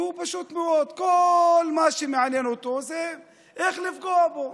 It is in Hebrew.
ופשוט מאוד, כל מה שמעניין אותו זה איך לפגוע בו.